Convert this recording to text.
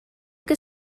que